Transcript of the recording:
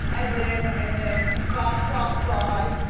and then, and then scott stops by.